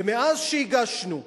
ומאז שהגשנו אז,